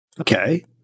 Okay